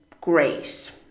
great